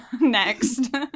next